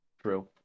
True